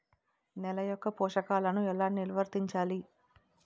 నెల యెక్క పోషకాలను ఎలా నిల్వర్తించాలి